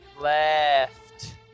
Left